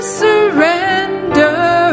surrender